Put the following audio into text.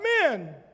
men